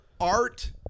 art